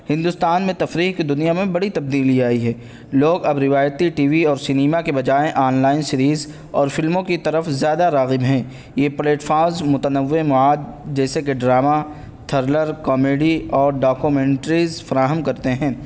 ہندستان میں تفریح کی دنیا میں بڑی تبدیلی آئی ہے لوگ اب روایتی ٹی وی اور سنیما کے بجائے آن لائن سیریز اور فلموں کی طرف زیادہ راغب ہیں یہ پلیٹفاز متنوع مواد جیسے کہ ڈراما تھرلر کامیڈی اور ڈاکومنٹریز فراہم کرتے ہیں